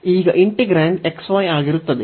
ಈಗ integrand xy ಆಗಿರುತ್ತದೆ